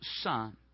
Son